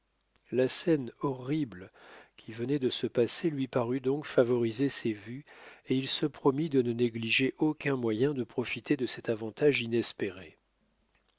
la scène horrible qui venait de se passer lui parut donc favoriser ses vues et il se promit de ne négliger aucun moyen de profiter de cet avantage inespéré